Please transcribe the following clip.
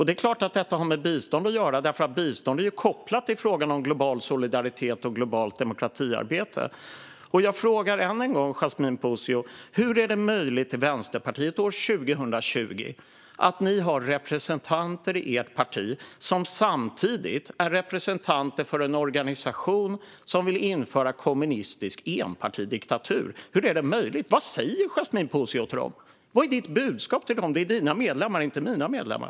Det är klart att detta har med bistånd att göra därför att bistånd är kopplat till frågan om global solidaritet och globalt demokratiarbete. Jag frågar än en gång Yasmine Posio följande. Hur är det möjligt, år 2020, att det finns representanter i Vänsterpartiet som samtidigt är representanter för en organisation som vill införa kommunistisk enpartidiktatur? Hur är det möjligt? Vad säger Yasmine Posio till dem? Vad är Yasmine Posios budskap till dem? Det är hennes medlemmar, inte mina medlemmar.